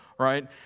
Right